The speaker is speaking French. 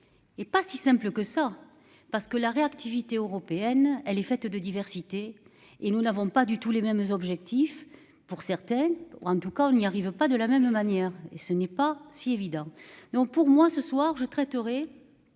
Et pas si simple que ça parce que la réactivité européenne, elle est faite de diversité et nous n'avons pas du tout les mêmes objectifs pour certains en tout cas on n'y arrive pas de la même manière et ce n'est pas si évident donc pour moi ce soir je traiterai.